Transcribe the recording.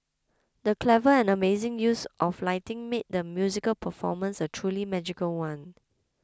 the clever and amazing use of lighting made the musical performance a truly magical one